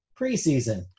preseason